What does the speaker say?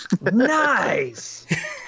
nice